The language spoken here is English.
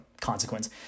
consequence